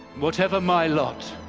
whatever my lot,